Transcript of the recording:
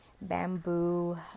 bamboo